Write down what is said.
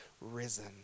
risen